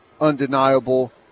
undeniable